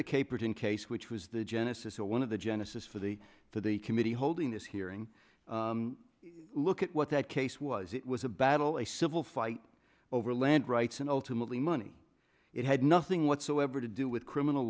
the caperton case which was the genesis of one of the genesis for the for the committee holding this hearing look at what that case was it was a battle a civil fight over land rights and ultimately money it had nothing whatsoever to do with criminal